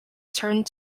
turned